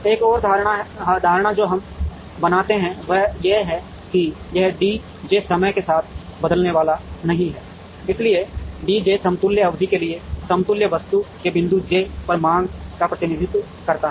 एक और धारणा जो हम बनाते हैं वह यह है कि यह D j समय के साथ बदलने वाला नहीं है इसलिए D j समतुल्य अवधि के लिए समतुल्य वस्तु के बिंदु j पर मांग का प्रतिनिधित्व करता है